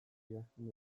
idazten